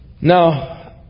Now